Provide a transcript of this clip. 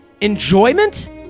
enjoyment